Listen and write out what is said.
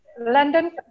London